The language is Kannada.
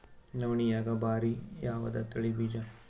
ನವಣಿಯಾಗ ಭಾರಿ ಯಾವದ ತಳಿ ಬೀಜ?